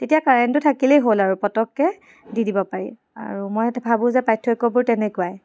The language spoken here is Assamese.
তেতিয়া কাৰেণ্টটো থাকিলেই হ'ল আৰু পতককৈ দি দিব পাৰি আৰু মই সেইটো ভাবোঁ যে পাৰ্থক্যবোৰ তেনেকুৱাই